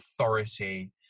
authority